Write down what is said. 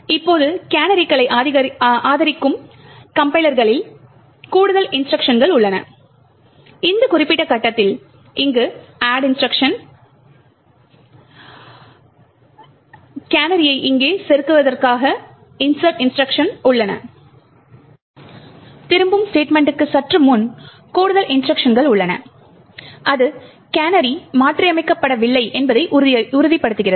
இப்போது கேனரிகளை ஆதரிக்கும் கம்பைலர்களில் கூடுதல் இன்ஸ்ட்ருக்ஷன்கள் உள்ளன இந்த குறிப்பிட்ட கட்டத்தில் அங்கு அட்ட் இன்ஸ்ட்ருக்ஷன் கேனரியை இங்கே செருகுவதற்கான இன்ஸெர்ட் இன்ஸ்ட்ருக்ஷன் உள்ளன திரும்பும் ஸ்டேட்மெண்ட்க்கு சற்று முன் கூடுதல் இன்ஸ்ட்ருக்ஷன்கள் உள்ளன அது கேனரி மாற்றியமைக்கப்படவில்லை என்பதை உறுதிப்படுத்துகிறது